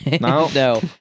No